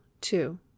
two